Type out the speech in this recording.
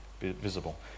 visible